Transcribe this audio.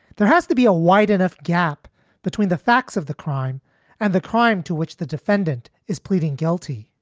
there has to be a wide enough gap between the facts of the crime and the crime to which the defendant is pleading guilty.